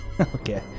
okay